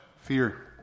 fear